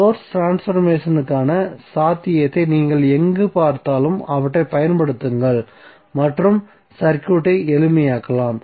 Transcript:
source ட்ரான்ஸ்பர்மேசனிற்கான சாத்தியத்தை நீங்கள் எங்கு பார்த்தாலும் அவற்றைப் பயன்படுத்துங்கள் மற்றும் சர்க்யூட்டை எளிமையாக்கலாம்